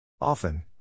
Often